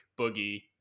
Boogie